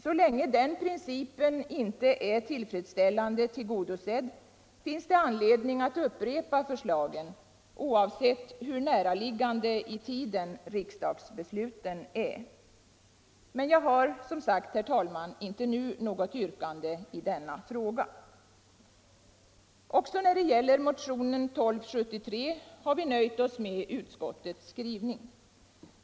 Så länge den principen inte är tillfredsställande tillgodosedd finns det anledning att upprepa förslagen, oavsett hur näraliggande i tiden riksdagsbesluten är. Men jag har, som sagt, inte nu något yrkande i denna fråga. Också när det gäller motionen 1273 har vi nöjt oss med utskottets skrivning.